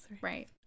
right